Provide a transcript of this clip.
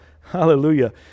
Hallelujah